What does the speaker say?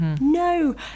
No